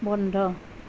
বন্ধ